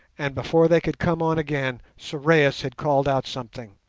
and before they could come on again sorais had called out something,